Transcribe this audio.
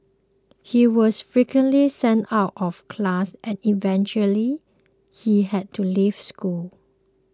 he was frequently sent out of class and eventually he had to leave school